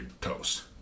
toast